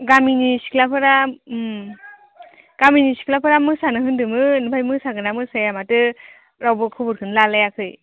गामिनि सिख्लाफोरा उम गामिनि सिख्लाफ्रा मोसानो होन्दोंमोन आमफ्राय मोसागोन्ना मोसाया माथो रावबो खबरखौनो लालायाखै